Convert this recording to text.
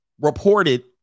reported